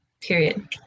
period